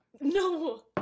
No